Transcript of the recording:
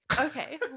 Okay